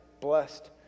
blessed